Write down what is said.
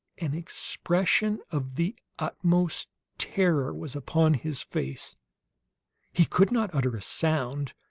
an expression of the utmost terror was upon his face he could not utter a sound,